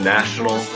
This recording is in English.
National